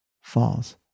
falls